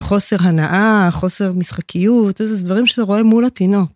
חוסר הנאה, חוסר משחקיות, זה דברים שאתה רואה מול התינוק.